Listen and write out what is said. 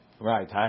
Right